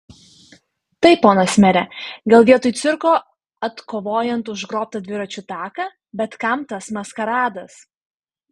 tai ponas mere gal vietoj cirko atkovojant užgrobtą dviračių taką bet kam tas maskaradas